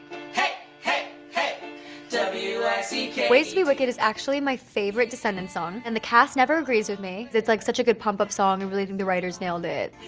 hey hey hey w i c k ways to be wicked is actually my favorite descendants song. and the cast never agrees with me. cause it's like such a good pump-up song. i really think the writers nailed it.